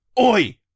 Oi